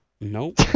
Nope